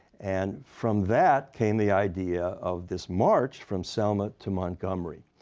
and from that came the idea of this march from selma to montgomery.